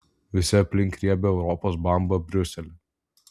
visi aplink riebią europos bambą briuselį